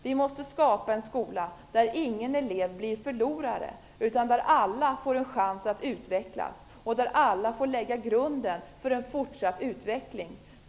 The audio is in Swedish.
Vi måste skapa en skola där ingen elev blir förlorare utan där alla får en chans att utvecklas och där alla får lägga grunden till en fortsatt utveckling.